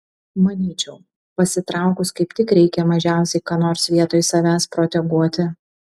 manyčiau pasitraukus kaip tik reikia mažiausiai ką nors vietoj savęs proteguoti